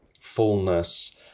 fullness